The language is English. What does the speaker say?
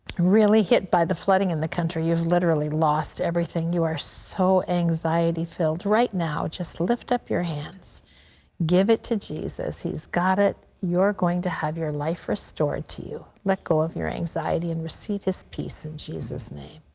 really hit by the flooding in the country. you've literally lost everything. you're so anxiety-filled. right now lift lift up your hands and give it to jesus. he's got it. you're going to have your life restored to you. let go of your anxiety and receive his peace in jesus' name.